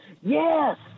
Yes